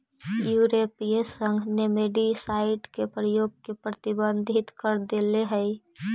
यूरोपीय संघ नेमेटीसाइड के प्रयोग के प्रतिबंधित कर देले हई